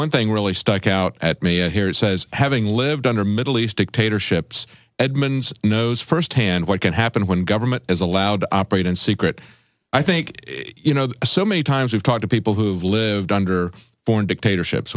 one thing really stuck out at me and here it says having lived under middle east dictatorships edmonds knows firsthand what can happen when government is allowed to operate in secret i think you know that so many times i've talked to people who've lived under foreign dictatorships